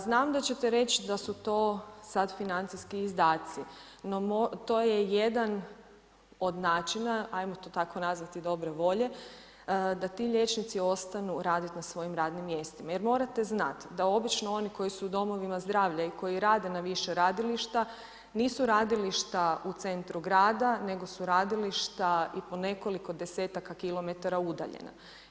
Znam da ćete reć, da su to sad financijski izdaci, no to je jedan od načina, ajmo to tako nazvati dobre volje, da ti liječnici ostanu raditi na svojim radnim mjestima, jer morate znat da obično oni koji su u Domovima zdravlja i koji rade na više radilišta, nisu radilišta u centru grada nego su radilišta i po nekoliko 10-aka kilometara udaljena.